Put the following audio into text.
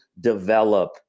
develop